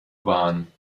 bahn